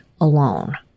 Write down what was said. alone